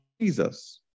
Jesus